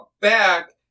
back